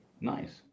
nice